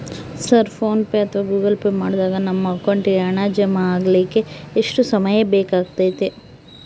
Sir PhonePe ಅಥವಾ Google Pay ಮಾಡಿದಾಗ ನಮ್ಮ ಅಕೌಂಟಿಗೆ ಹಣ ಜಮಾ ಆಗಲಿಕ್ಕೆ ಎಷ್ಟು ಸಮಯ ಬೇಕಾಗತೈತಿ?